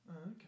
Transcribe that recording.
okay